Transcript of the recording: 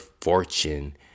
fortune